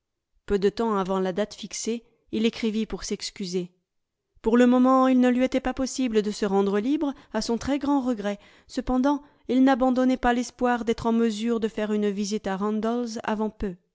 peu de temps avant la date fixée il écrivit pour s'excuser pour le moment il ne lui était pas possible de se rendre libre à son très grand regret cependant il n'abandonnait pas l'espoir d'être en mesure de faire une visite à randalls avant peu